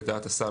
לדעת השר,